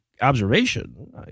observation